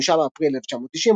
5 באפריל 1990,